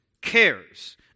cares